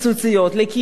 לדיסקוטקים,